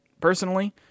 personally